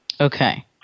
Okay